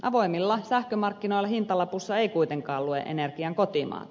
avoimilla sähkömarkkinoilla hintalapussa ei kuitenkaan lue energian kotimaata